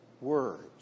words